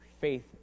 faith